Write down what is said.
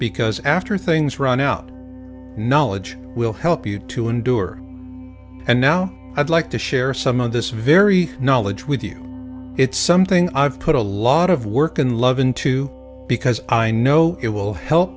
because after things run out knowledge will help you to endure and now i'd like to share some of this very knowledge with you it's something i've put a lot of work and love into because i know it will help